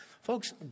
Folks